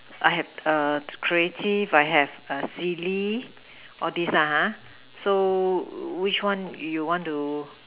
I have err creative I have silly all these lah ha so which one you want to